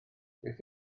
beth